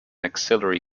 axillary